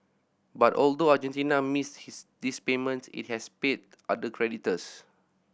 but although Argentina missed his this payment it has paid other creditors